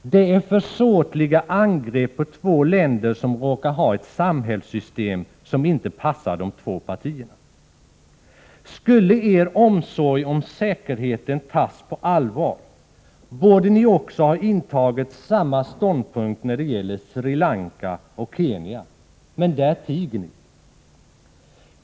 Det är försåtliga angrepp på två länder som råkar ha ett samhällssystem som inte passar de två partierna. Skulle er omsorg om säkerheten tas på allvar borde ni också ha intagit samma ståndpunkt när det gäller Sri Lanka och Kenya. Men där tiger ni.